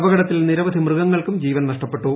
അപകടത്തിൽ നിരവധി മൃഗങ്ങൾക്കും ജീവൻ നഷ്ടപ്പെട്ടു